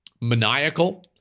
maniacal